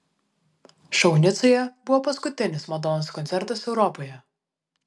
šou nicoje buvo paskutinis madonos koncertas europoje